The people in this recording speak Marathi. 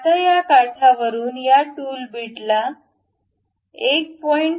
आता या काठावरुन या टूल बिटला 1